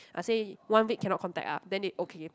I say one week cannot contact ah then they okay